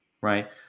right